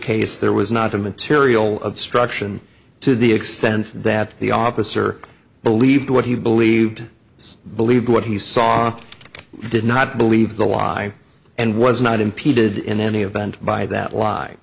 case there was not a material obstruction to the extent that the officer believed what he believed was believed what he saw did not believe the lie and was not impeded in any event by that li